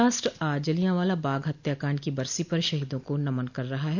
राष्ट्र आज जलियांवाला बाग हत्याकांड की बरसी पर शहीदों को नमन कर रहा है